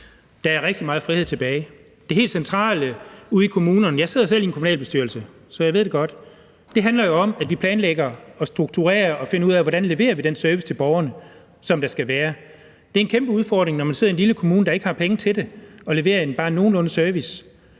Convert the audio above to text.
Der er rigtig meget frihed tilbage. Det helt centrale ude i kommunerne – jeg sidder selv i en kommunalbestyrelse, så jeg ved det godt – er jo, at vi planlægger, strukturerer og finder ud af, hvordan vi leverer den service til borgerne, som der skal være. Det er en kæmpe udfordring, når man sidder i en lille kommune, der ikke har penge til at levere en bare nogenlunde service.